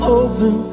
open